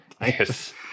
Yes